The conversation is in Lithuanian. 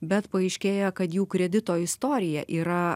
bet paaiškėja kad jų kredito istorija yra